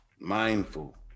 mindful